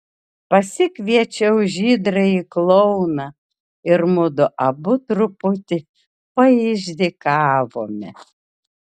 pasikviečiau žydrąjį klouną ir mudu abu truputį paišdykavome